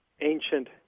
ancient